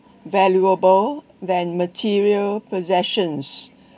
valuable than material possessions